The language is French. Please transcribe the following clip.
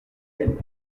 elle